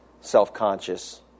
self-conscious